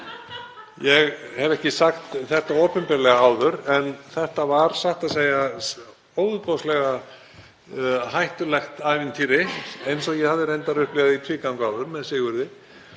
Ég hef ekki sagt þetta opinberlega áður en þetta var satt að segja ofboðslega hættulegt ævintýri, eins og ég hafði reyndar upplifað í tvígang áður með Sigurði.